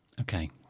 Okay